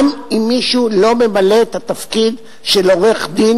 גם אם מישהו לא ממלא את התפקיד של עורך-דין